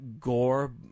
gore